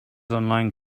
online